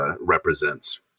represents